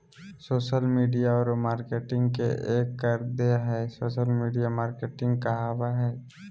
social media औरो marketing के एक कर देह हइ सोशल मिडिया मार्केटिंग कहाबय हइ